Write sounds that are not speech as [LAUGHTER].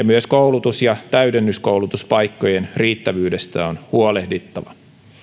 [UNINTELLIGIBLE] myös koulutus ja täydennyskoulutuspaikkojen riittävyydestä on huolehdittava